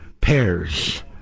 pairs